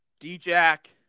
D-Jack